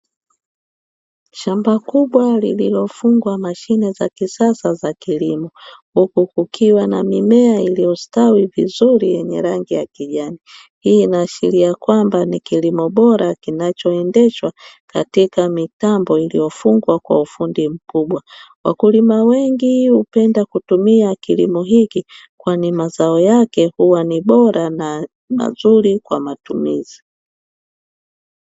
Shamba kubwa lililofungwa mashine za kisasa za kilimo, huku kukiwa na mimea iliyostawi vizuri yenye rangi ya kijani. Hii inaashiria kwamba ni kilimo bora kinachoendeshwa katika mitambo iliyofungwa kwa ufundi mkubwa. Wakulima wengi hupenda kutumia kilimo hiki kwani mazao yake huwa ni bora na mazuri kwa matumizi.